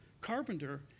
carpenter